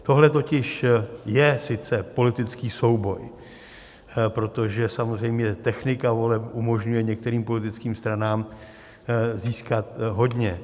Tohle totiž je sice politický souboj, protože samozřejmě technika voleb umožňuje některým politickým stranám získat hodně.